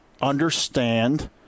understand